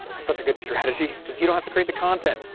such a good strategy because you don't have to create the content,